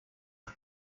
are